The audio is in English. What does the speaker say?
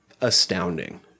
astounding